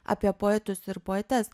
apie poetus ir poetes